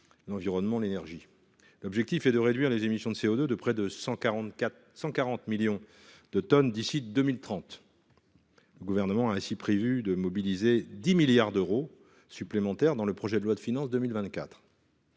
l’environnement et l’énergie. L’objectif est de réduire les émissions de CO2 de près de 140 millions de tonnes d’ici à 2030. Le Gouvernement a ainsi prévu de mobiliser 10 milliards d’euros supplémentaires dans le projet de loi de finances pour